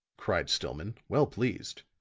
cried stillman, well pleased.